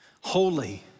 Holy